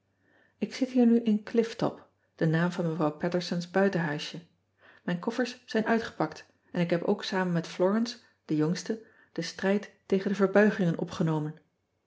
k zit hier nu in liff op de naam van evrouw atersons s buitenhuisje ijn koffers zijn uitgepakt en ik heb ook samen met lorence de jongste den strijd tegen de verbuigingen opgenomen